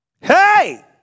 Hey